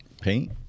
Paint